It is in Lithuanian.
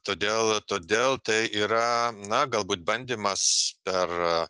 todėl todėl tai yra na galbūt bandymas per